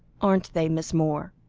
aren't they, miss moore?